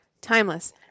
timeless